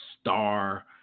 star